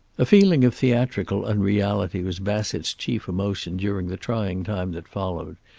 a feeling of theatrical unreality was bassett's chief emotion during the trying time that followed.